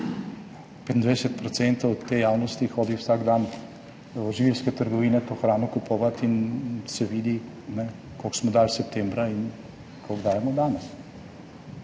te javnosti hodi vsak dan v živilske trgovine to hrano kupovati in se vidi, koliko smo dali septembra in koliko dajemo danes.